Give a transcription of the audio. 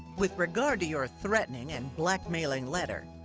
with regard to your threatening and blackmailing letter,